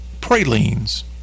pralines